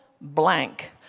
blank